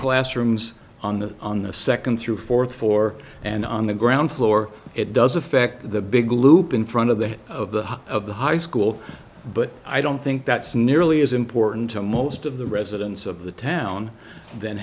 classrooms on the on the second through fourth four and on the ground floor it does affect the big loop in front of the of the of the high school but i don't think that's nearly as important to most of the residents of the town th